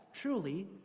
truly